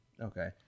Okay